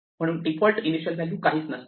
म्हणून default initial value काहीच नसते